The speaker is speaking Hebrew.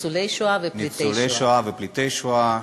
ניצולי שואה ופליטי שואה.